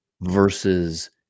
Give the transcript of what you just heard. versus